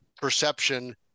perception